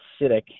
acidic